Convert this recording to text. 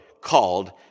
called